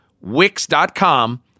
Wix.com